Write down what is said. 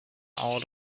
out